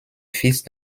fils